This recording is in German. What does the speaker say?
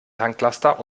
tanklaster